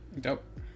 Dope